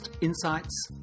insights